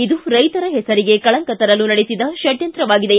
ಇದು ರೈತರ ಹೆಸರಿಗೆ ಕಳಂಕ ತರಲು ನಡೆಸಿದ ಷಡ್ಕಂತ್ರವಾಗಿದೆ